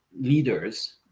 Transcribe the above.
leaders